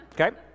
Okay